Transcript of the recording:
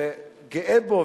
וגאה בו,